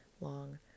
long